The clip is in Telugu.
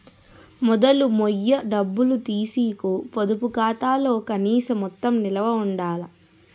మొదలు మొయ్య డబ్బులు తీసీకు పొదుపు ఖాతాలో కనీస మొత్తం నిలవ ఉండాల